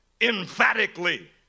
emphatically